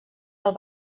els